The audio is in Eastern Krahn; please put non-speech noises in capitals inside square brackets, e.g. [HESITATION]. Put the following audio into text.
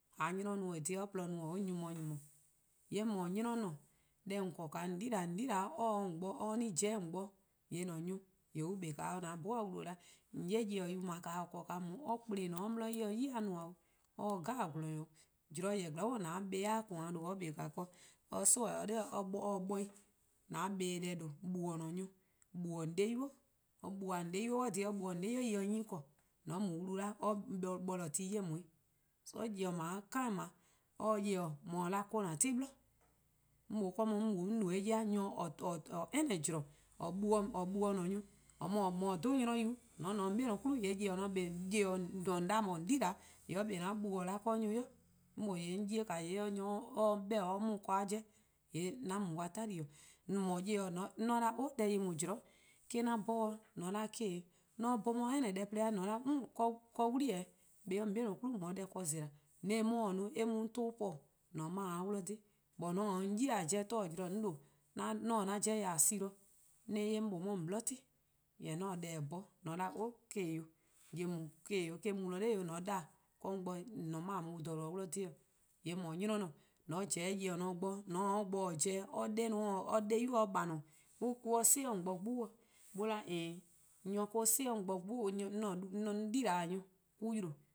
:Ka 'nynor-a n. o 'de or :porluh-a nyni 'yi-dih :nyniii:-eh:. :yee' :mor 'nynor :nor, deh :lon 'ble-a :an-a'a: yibeor :naa :mor :an-a'a: yibeor-a [HESITATION] pobo: 'o bo dih, :yee' :an-a;a: nyor on 'kpa 'o :an 'bhorn-dih :wlu-dih 'da 'weh, :yee' nyor-kpalu-yu: :daa :or :korn on or kp;en :eh :ne-a 'de or 'di en se 'yi-dih :nmor 'o or :se :gwlor-nyor 'jeh 'o, :mor zorn zen :a bla-a :koan' :due' or 'kpa-a ken or 'soeheh: or 'da or :se-' 'bor 'i o. :an bla deh :due'. 'jle-dih :an-a'a: nyor, 'jle :an-a'a: 'de-di' :boi', or 'jle-dih :an 'de-di :boi' 'weh 'suh dhih a 'jeh or 'jle-dih-uh-a en se 'nyene :korn. mor :on mu :wlu 'da [HESITATION] borlor: ti 'ye :on 'weh. So nyor-kpalu-a kind :dao' eh :se nyor-kpalu :on 'ye-a :an ti 'bli. 'mor mlor ka [HESITATION] on no eh-' 'ye-a nyor [HESITATION] :mor any zon [HESITATION] :or 'jle'-dih-a :an-a'a: nyor+, :or mor :mor :or 'dhu-a 'nynor-yu-' :mor :on :ne 'de :on 'bei' klu-' [HESITATION] :yee'nyor-kpalu-nor: :on 'da :or no-a :a yibeor :yee' or kpao' :an 'jle-dih 'da weh 'de nyor ybei',: 'mor mlor 'on 'ye-eh :yee' [HESITATION] or se beh-dih: or 'ye 'on :korn-a 'jeh, :yee' 'an mu :on dih 'tali:. :mor nyor-kpalu [HESITATION] :mor 'on 'da-a deh :daa zaen', eh-: 'an 'bhorn 'o :mor :on 'da eh-: :dhe-dih, :mor 'an 'bhorn 'on 'ye any deh plo-a 'jeh 'kei' [HESITATION] wli-eheh: :dhe-dih, kpa 'de :on 'bei' nyne bo :on 'ye deh keh-dih zela:, :mor :on taa-eh 'on bo-dih no :yee' eh mu 'on 'ton :korn mor-: 'on mor-: :a 'ye-dih :dhe. Jorwor: :mor :on taa 'on ya pobo :gwie-: :glaa'e-: 'on :due' 'on taa 'an 'jeh ya sin-dih, 'on :se-eh 'ye 'mor mlor 'on 'ye :on 'bli 'ti. Jorwor: :mor 'on :taa deh-a 'bhorn :mor :on 'da 'o eh-: :dhe-dih 'o, :yeh :daa eh-: :dhe-dih 'o eh-: mu-dih nor 'o :mor :on 'da 'o 'de 'on bo :mor-: 'on mor-: :a mu :dha :due-dih :dhe. :yee' :mor 'nynor nor :mor :on pobo: nyor-kpalu: nor bo-dih, :mor :on taa 'o or bo-dih-a pobo, or 'de 'i-: or 'de-di' :boi'-: or :baa' 'i-: :mor on si 'de :on bo 'gbu dih :yee' :on 'da een nyor 'si 'de on bo 'gbu-dih 'o [HESITATION] 'an-a' yibeor-a' nyor mo-: 'yle 'o, ' 'de n